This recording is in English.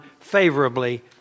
favorably